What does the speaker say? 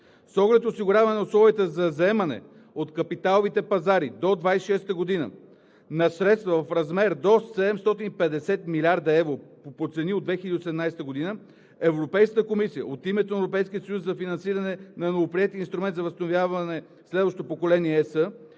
С оглед на осигуряване на условията за заемане от капиталовите пазари до 2026 г. на средства в размер до 750 млрд. евро (по цени от 2018 г.) от Европейската комисия от името на Европейския съюз за финансиране на новоприетия Инструмент за възстановяване „Следващо поколение ЕС“,